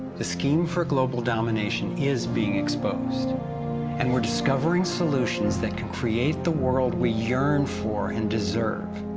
the scheme for global domination is being exposed and we're discovering solutions, that can create the world, we yeah earn for and deserve.